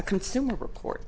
a consumer report